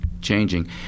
changing